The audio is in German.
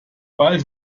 bald